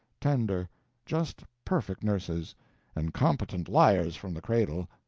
tender just perfect nurses and competent liars from the cradle.